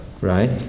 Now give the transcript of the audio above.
right